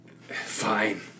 Fine